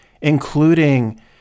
including